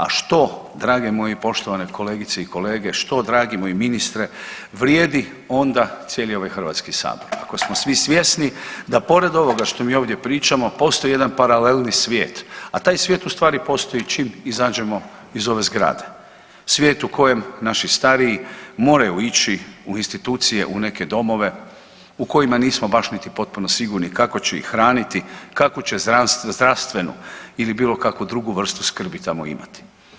A što drage moji poštovane kolegice i kolege što dragi moj ministre vrijedi onda cijeli ovaj HS ako smo svi svjesni da pored ovoga što mi ovdje pričamo postoji jedan paralelni svijet, a taj svijet ustvari postoji čim izađemo iz ove zgrade, svijet u kojem naši stariji moraju ići u institucije, u neke domove u kojima nismo baš niti potpuno sigurni kako će ih hraniti, kakvu će zdravstvenu ili bilo kakvu drugu vrstu skrbi tamo imati.